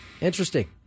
Interesting